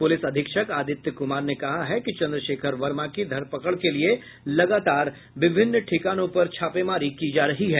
police अधीक्षक आदित्य कुमार ने कहा है कि चंद्रशेखर वर्मा की धरपकड़ के लिए लगातार विभिन्न ठिकानों पर छापेमारी की जा रही है